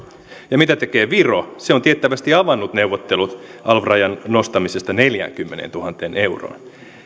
ja mitä tekee viro se on tiettävästi avannut neuvottelut alv rajan nostamisesta neljäänkymmeneentuhanteen euroon